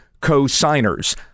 co-signers